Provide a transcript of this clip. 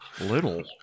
Little